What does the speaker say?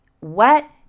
wet